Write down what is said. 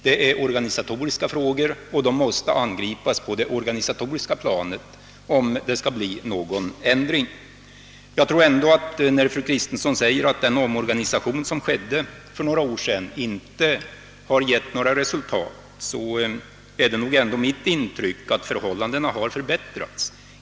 Det rör sig om organisatoriska förhållanden, och de måste angripas på det organisatoriska planet om någon ändring skall kunna åstadkommas. Fru Kristensson sade att den omorganisation som gjordes för några år sedan inte har givit resultat. Mitt intryck är att förhållandena har förbättrats.